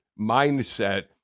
mindset